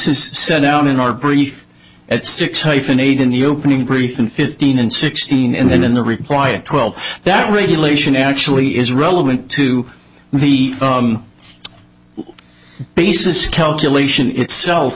is set down in our brief at six hyphenate in the opening pretty thin fifteen and sixteen and then in the reply of twelve that regulation actually is relevant to the basis calculation itself